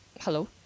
Hello